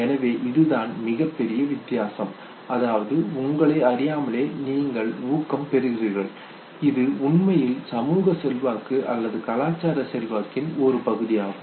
எனவே இதுதான் மிகப்பெரிய வித்தியாசம் அதாவது உங்களை அறியாமலேயே நீங்கள் ஊக்கம் பெறுகிறீர்கள் இது உண்மையில் சமூக செல்வாக்கு அல்லது கலாச்சார செல்வாக்கின் ஒரு பகுதி ஆகும்